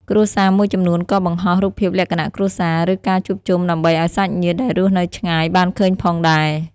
គ្រួសារមួយចំនួនក៏បង្ហោះរូបភាពលក្ខណៈគ្រួសារ ឬ ការជួបជុំដើម្បីឱ្យសាច់ញាតិដែលរស់នៅឆ្ងាយបានឃើញផងដែរ។